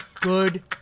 good